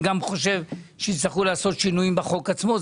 אני חושב שיצטרכו לעשות שינויים גם בחוק עצמו.